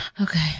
okay